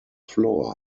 floor